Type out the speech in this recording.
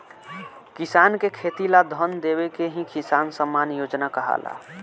किसान के खेती ला धन देवे के ही किसान सम्मान योजना कहाला